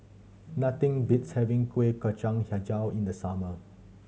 nothing beats having Kuih Kacang Hijau in the summer